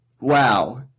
Wow